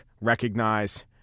recognize